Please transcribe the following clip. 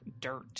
dirt